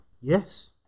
Yes